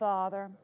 Father